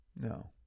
No